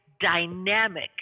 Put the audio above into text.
dynamic